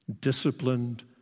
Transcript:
disciplined